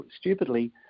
stupidly